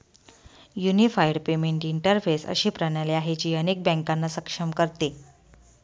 unified payment interface अशी प्रणाली आहे, जी अनेक बँकांना सक्षम करते